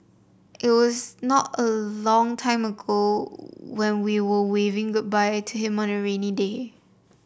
it was not a long ago when we were waving goodbye to him on a rainy day